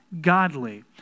godly